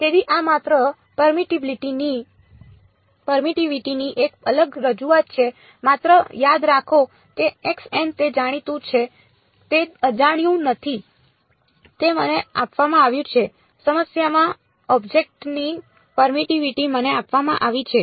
તેથી આ માત્ર પરમિટીવિટી ની એક અલગ રજૂઆત છે માત્ર યાદ રાખો કે તે જાણીતું છે તે અજાણ્યું નથી તે મને આપવામાં આવ્યું છે સમસ્યામાં ઑબ્જેક્ટની પરમિટીવિટી મને આપવામાં આવી છે